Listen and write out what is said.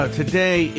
today